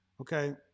Okay